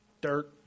dirt